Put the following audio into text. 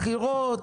בחירות.